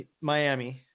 Miami